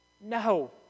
No